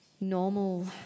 normal